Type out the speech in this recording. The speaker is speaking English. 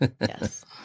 Yes